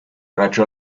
raggio